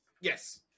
Yes